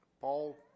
Paul